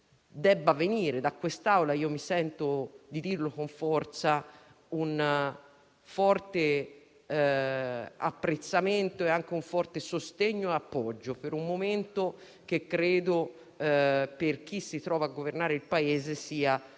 debba venire da quest'Assemblea - mi sento di dirlo con forza - un forte apprezzamento e anche un forte sostegno e appoggio in un momento che, per chi si trova a governare il Paese, credo